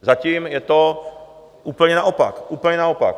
Zatím je to úplně naopak, úplně naopak.